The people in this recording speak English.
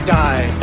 die